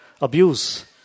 abuse